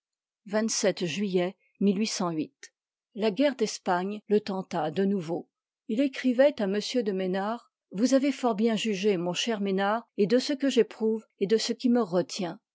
ji la guerre d'espagne le tenta de nou va ilcrivoit à m de mesnard vous ave fort bien jugé mon cher mesnard i et de ce que j'éprouve et de ce qui me retient